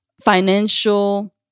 financial